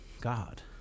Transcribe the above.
God